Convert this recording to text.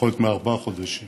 פחות מארבעה חודשים